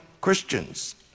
Christians